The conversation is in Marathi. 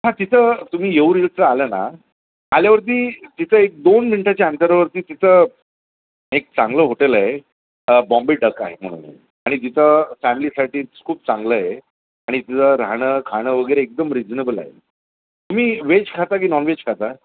हां तिथं तुम्ही येऊर हिल्सला आलं ना आल्यावरती तिथं एक दोन मिनटाच्या अंतरावरती तिथं एक चांगलं होटेल आहे बॉम्बे डक आहे म्हणून आणि तिथं फॅमिलीसाठी खूप चांगलं आहे आणि तिथं राहणं खाणं वगैरे एकदम रिजनेबल आहे तुम्ही व्हेज खाता की नॉनव्हेज खाता